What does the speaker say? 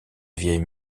vieille